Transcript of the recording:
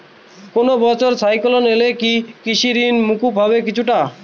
কোনো বছর সাইক্লোন এলে কি কৃষি ঋণ মকুব হবে কিছুটা?